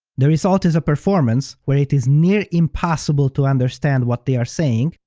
the result is a performance where it is near impossible to understand what they are saying,